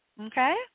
okay